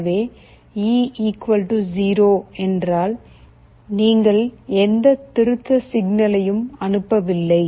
எனவே இ 0 என்றால் நீங்கள் எந்த திருத்த சிக்னலையும் அனுப்பவில்லை